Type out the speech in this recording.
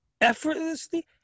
effortlessly